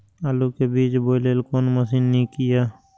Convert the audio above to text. आलु के बीज बोय लेल कोन मशीन नीक ईय?